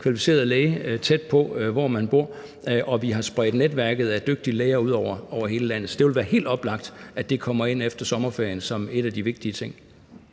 kvalificeret læge, tæt på, hvor man bor, og at vi har spredt netværket af dygtige læger ud over hele landet. Så det vil være helt oplagt, at det kommer ind efter sommerferien som en af de vigtige ting.